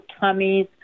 tummies